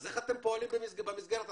אז איך אתם פועלים במסגרת הזאת,